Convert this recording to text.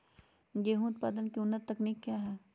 गेंहू उत्पादन की उन्नत तकनीक क्या है?